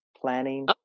planning